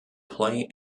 play